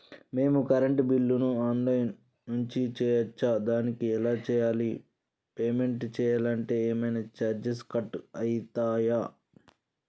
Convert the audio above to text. మేము కరెంటు బిల్లును online నుంచి చేయచ్చా? దానికి ఎలా చేయాలి? పేమెంట్ చేయాలంటే ఏమైనా చార్జెస్ కట్ అయితయా?